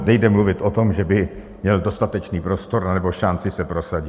Nejde mluvit o tom, že by měl dostatečný prostor nebo šanci se prosadit.